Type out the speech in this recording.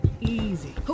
easy